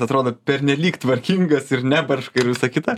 atrodo pernelyg tvarkingas ir nebarška ir visa kita